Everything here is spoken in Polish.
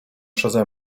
przeze